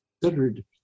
considered